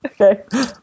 Okay